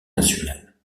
national